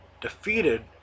defeated